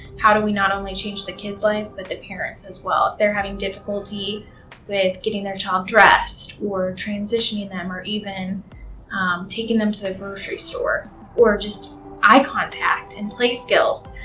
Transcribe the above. how do we not only change the kid's life, but the parents' as well. if they're having difficulty with getting their child dressed or transitioning them or even taking them to the grocery store or just eye contact and play skills,